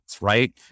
right